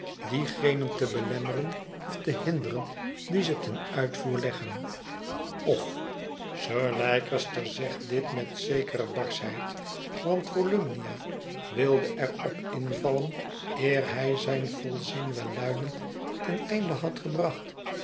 diegenen te belemmeren of te hinderen die ze ten uitvoer leggen of sir leicester zegt dit met zekere barschheid want volumnia wilde er op invallen eer hij zijn volzin welluidend ten einde had gebracht